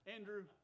Andrew